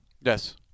Yes